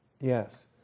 Yes